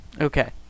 Okay